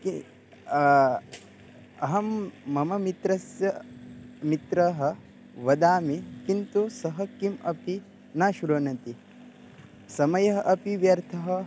के अहं मम मित्रस्य मित्रं वदामि किन्तु सः किमपि न श्रुणोति समयः अपि व्यर्थः